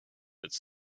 its